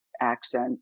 accent